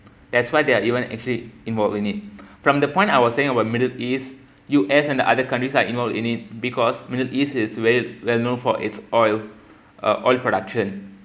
that's why they are even actually involved in it from the point I was saying about middle east U_S and the other countries are involved in it because middle east is very well known for its oil uh oil production